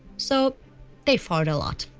so they fart a lot.